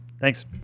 Thanks